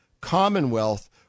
commonwealth